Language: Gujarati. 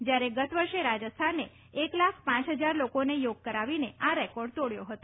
જ્યારે ગત વર્ષે રાજસ્થાને એક લાખ પ હજાર લોકોને યોગ કરાવીને આ રેકોર્ડ તોડ્યો હતો